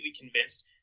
convinced